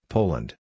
Poland